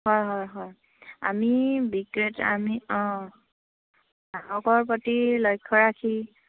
হয় হয় হয় আমি বিক্ৰেতা আমি অঁ গাহকৰ প্ৰতি লক্ষ্য ৰাখি